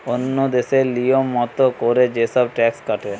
ওন্য দেশে লিয়ম মত কোরে যে সব ট্যাক্স কাটে